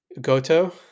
Goto